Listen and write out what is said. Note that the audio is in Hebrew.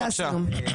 אני מסיימת.